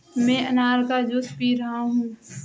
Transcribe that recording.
मैं अनार का जूस पी रहा हूँ